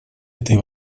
этой